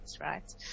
right